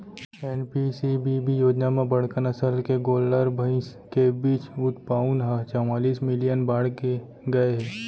NPCBB योजना म बड़का नसल के गोल्लर, भईंस के बीज उत्पाउन ह चवालिस मिलियन बाड़गे गए हे